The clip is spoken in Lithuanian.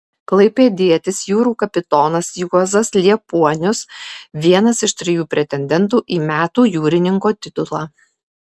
klaipėdietis jūrų kapitonas juozas liepuonius vienas iš trijų pretendentų į metų jūrininko titulą